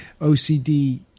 OCD